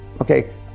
Okay